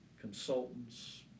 consultants